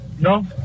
No